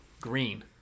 green